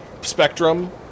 spectrum